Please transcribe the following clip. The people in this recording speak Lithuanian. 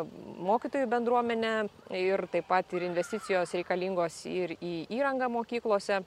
mokytojų bendruomenę ir taip pat ir investicijos reikalingos ir į įrangą mokyklose